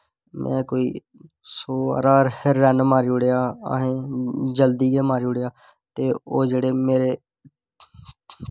में कोई सौ हारा रन मारी ओड़ेआ असें जल्दी गै मारी ओड़ेआ ते ओह् जेह्ड़े मेरे